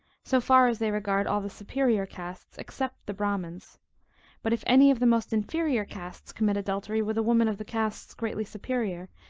so far as they regard all the superior casts, except the bramins but if any of the most inferior casts commit adultery with a woman of the casts greatly superior,